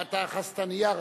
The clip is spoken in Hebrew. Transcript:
אתה אחזת נייר,